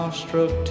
struck